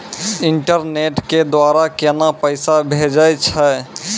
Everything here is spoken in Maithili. इंटरनेट के द्वारा केना पैसा भेजय छै?